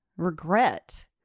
regret